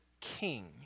king